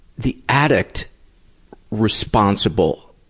the addict responsible